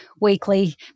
weekly